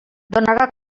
donarà